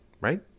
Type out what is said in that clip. right